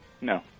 No